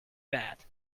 that